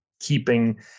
keeping